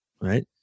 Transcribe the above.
Right